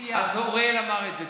אז אוריאל אמר את זה,